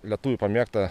lietuvių pamėgta